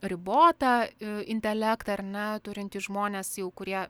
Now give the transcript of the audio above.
ribotą intelektą ar ne turintys žmonės jau kurie